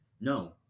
no